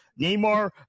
Neymar